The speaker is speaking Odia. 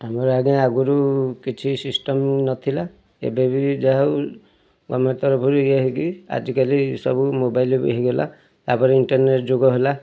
ଆମର ଆଜ୍ଞା ଆଗରୁ କିଛି ସିଷ୍ଟମ୍ ନଥିଲା ଏବେ ବି ଯାହା ହଉ ଗର୍ମେଣ୍ଟ୍ ତରଫରୁ ଇଏ ହେଇକି ଆଜିକାଲି ସବୁ ମୋବାଇଲ୍ ଏବେ ହୋଇଗଲା ତାପରେ ଇଣ୍ଟରନେଟ୍ ଯୁଗ ହେଲା